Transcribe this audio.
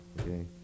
okay